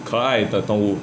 可爱的动物